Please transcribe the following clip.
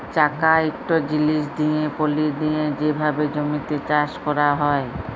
চাকা ইকট জিলিস দিঁয়ে পলি দিঁয়ে যে ভাবে জমিতে চাষ ক্যরা হয়